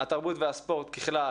התרבות והספורט ככלל,